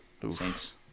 Saints